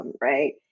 right